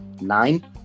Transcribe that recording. Nine